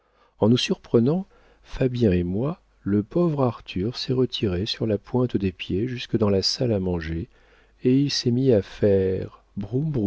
en nous surprenant fabien et moi le pauvre arthur s'est retiré sur la pointe des pieds jusque dans la salle à manger et il s'est mis à faire